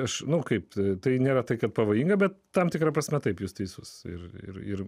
aš nu kaip tai nėra tai kad pavojinga bet tam tikra prasme taip jūs teisus ir ir ir